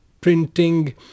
printing